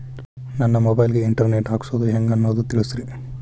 ನನ್ನ ಮೊಬೈಲ್ ಗೆ internet ಹಾಕ್ಸೋದು ಹೆಂಗ್ ಅನ್ನೋದು ತಿಳಸ್ರಿ